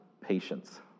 patience